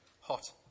hot